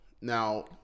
Now